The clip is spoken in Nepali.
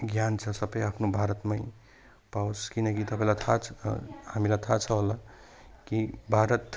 ज्ञान छ सबै आफ्नो भारतमा पावोस् किनकि तपाईँलाई थाहा छ हामीलाई थाहा छ होला कि भारत